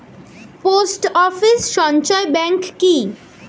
Post office সঞ্চয় bank কি?